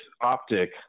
optic